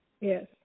Yes